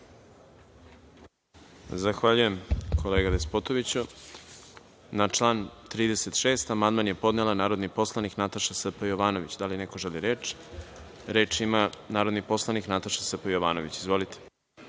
Zahvaljujem, kolega Despotoviću. Na član 36. amandman je podnela narodni poslanik Nataša Sp. Jovanović. Da li neko želi reč? Reč ima narodni poslanik Nataša Sp. Jovanović. Izvolite.